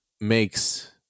makes